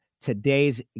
today's